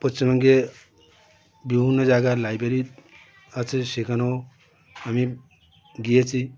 পশ্চিমবঙ্গে বিভিন্ন জায়গার লাইব্রেরি আছে সেখানেও আমি গিয়েছি